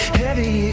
heavy